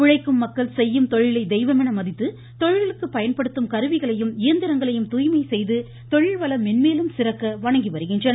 உழைக்கும் மக்கள் செய்யும் தொழிலை தெய்வமென மதித்து தொழிலுக்கு பயன்படுத்தும் கருவிகளையும் இயந்திரங்களையும் தூய்மை செய்து தொழில்வளம் மென்மேலும் சிறக்க வணங்கி வருகின்றனர்